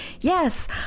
yes